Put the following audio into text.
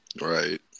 Right